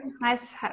nice